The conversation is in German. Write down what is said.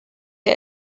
der